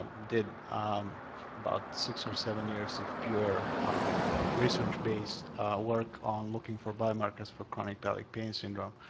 did about six or seven years of pure research based work on looking for biomarkers for chronic but like pain syndrome.